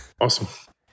Awesome